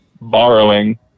borrowing